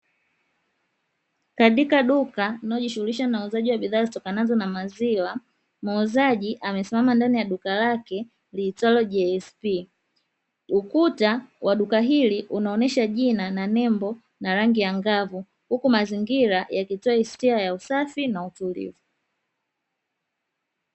Katika duka linalojihusisha na uuzaji wa bidhaa zitokanazo maziwa, muuzaji amesimama ndani ya duka lake liitwalo "JSP", ukuta wa duka hili unaonyesha jina na nembo na rangi angavu huku mazingira yakitoa hisia ya usafi na utulivu.